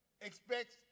expects